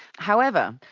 however,